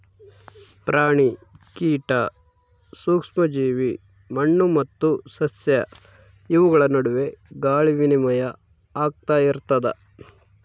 ಪ್ರಾಣಿ ಕೀಟ ಸೂಕ್ಷ್ಮ ಜೀವಿ ಮಣ್ಣು ಮತ್ತು ಸಸ್ಯ ಇವುಗಳ ನಡುವೆ ಗಾಳಿ ವಿನಿಮಯ ಆಗ್ತಾ ಇರ್ತದ